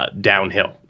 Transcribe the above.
downhill